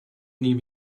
neem